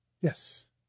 Yes